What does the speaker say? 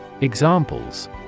Examples